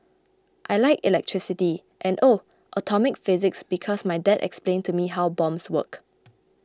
I like electricity and oh atomic physics because my dad explained to me how bombs work